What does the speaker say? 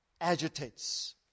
agitates